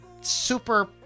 super